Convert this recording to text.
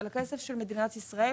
על הכסף של מדינת ישראל